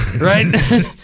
right